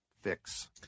fix